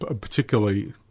particularly